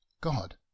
God